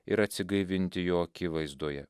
ir atsigaivinti jo akivaizdoje